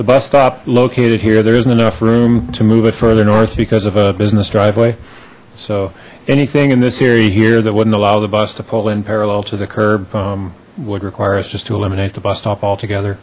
the bus stop located here there isn't enough room to move it further north because of a business driveway so anything in this area here that wouldn't allow the bus to pull in parallel to the curb would requires just to eliminate the bus stop altogether